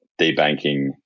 debanking